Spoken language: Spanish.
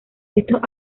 estos